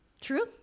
true